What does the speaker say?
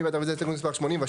מי בעד רביזיה להסתייגות מספר 87?